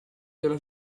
della